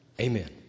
Amen